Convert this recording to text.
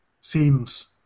seems